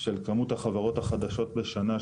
של כמות החברות החדשות בשנה,